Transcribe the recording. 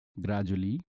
gradually